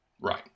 Right